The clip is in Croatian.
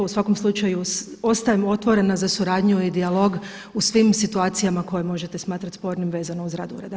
U svakom slučaju ostajem otvorena za suradnju i dijalog u svim situacijama koje možete smatrati spornim vezano uz rad ureda.